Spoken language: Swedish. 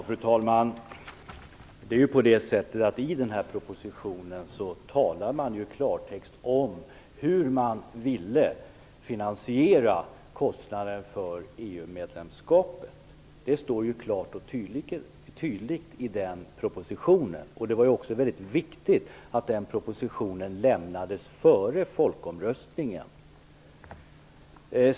Fru talman! I propositionen framgår det i klartext hur kostnaden för EU-medlemskapet skall finansieras. Det står klart och tydligt i propositionen. Det var också viktigt att propositionen lades fram före folkomröstningen.